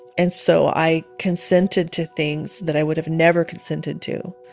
and so i consented to things that i would have never consented to,